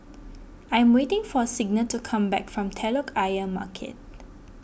I am waiting for Signa to come back from Telok Ayer Market